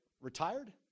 Retired